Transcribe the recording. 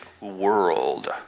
world